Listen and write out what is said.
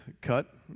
cut